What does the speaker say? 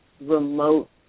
remote